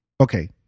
Okay